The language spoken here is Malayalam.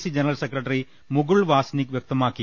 C general secretary Mukul Wasnik വ്യക്തമാക്കി